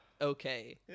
okay